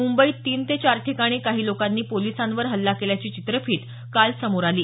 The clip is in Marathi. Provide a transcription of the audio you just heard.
मुंबईत तीन ते चार ठिकाणी काही लोकांनी पोलिसांवर हल्ला केल्याची चित्रफित काल समोर आली